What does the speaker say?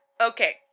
Okay